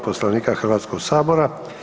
Poslovnika Hrvatskog sabora.